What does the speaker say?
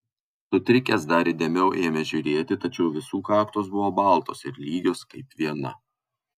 sutrikęs dar įdėmiau ėmė žiūrėti tačiau visų kaktos buvo baltos ir lygios kaip viena